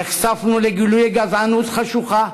נחשפנו לגילויי גזענות חשוכה,